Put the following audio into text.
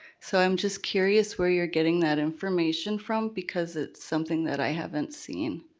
so i'm just curious where you are getting that information from, because it's something that i haven't seen.